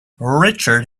richard